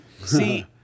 see